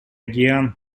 океан